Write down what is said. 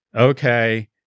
Okay